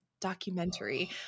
documentary